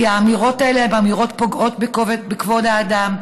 כי האמירות האלה הן אמירות פוגעות בכבוד האדם,